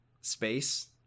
space